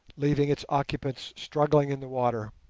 leaving its occupants struggling in the water.